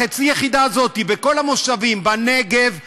החצי יחידה הזאת, בכל המושבים, בנגב ובגליל,